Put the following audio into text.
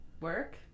work